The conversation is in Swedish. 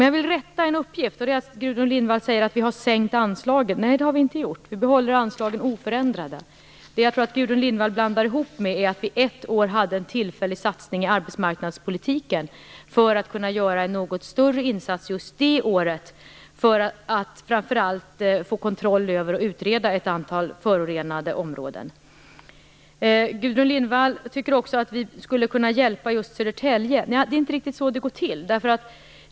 Jag vill rätta en uppgift. Gudrun Lindvall säger att vi har sänkt anslagen. Nej, det har vi inte gjort. Vi behåller anslagen oförändrade. Jag tror att Gudrun Lindvall blandar ihop det här med en tillfällig satsning som vi gjorde i arbetsmarknadspolitiken ett år. Vi ville kunna göra en något större insats just det året för att framför allt få kontroll över och utreda ett antal förorenade områden. Gudrun Lindvall tycker också att vi skulle kunna hjälpa just Södertälje. Men det är inte riktigt så det går till.